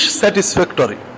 satisfactory